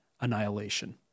annihilation